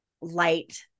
light